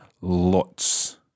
lots